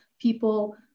people